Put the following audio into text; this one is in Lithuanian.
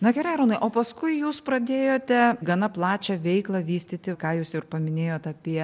na gerai arūnai o paskui jūs pradėjote gana plačią veiklą vystyti ką jūs jau ir paminėjot apie